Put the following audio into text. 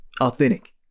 authentic